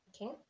okay